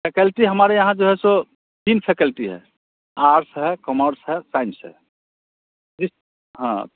faculty हमारे यहाँ जो है सो तीन फेकल्टी है आर्ट्स है कॉमर्स है साइंस है जी हाँ